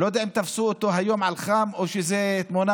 לא יודע אם תפסו אותו היום על חם או שזאת תמונה,